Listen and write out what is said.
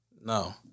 No